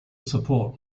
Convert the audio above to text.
support